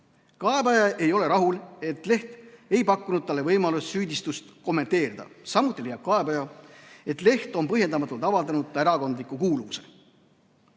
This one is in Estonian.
kaebaja ei ole rahul, et leht ei pakkunud talle võimalust süüdistust kommenteerida, samuti leiab kaebaja, et leht on põhjendamatult avalikustanud tema erakondliku kuuluvuse.